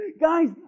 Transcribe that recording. Guys